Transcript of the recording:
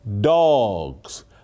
dogs